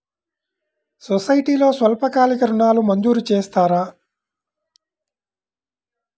సొసైటీలో స్వల్పకాలిక ఋణాలు మంజూరు చేస్తారా?